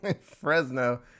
Fresno